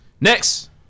Next